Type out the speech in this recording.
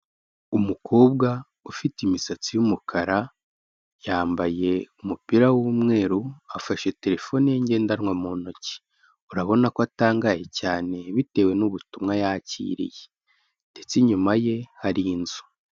Umukobwa ufite imisatsi y'umukara, yambaye umupira w'umweru, afashe terefone ye ngendanwa mu ntoki, urabona ko atangaye cyane bitewe n'ubutumwa yakiriye ndetse inyuma ye hari inzu.